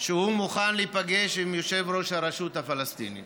שהוא מוכן להיפגש עם יושב-ראש הרשות הפלסטינית